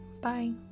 bye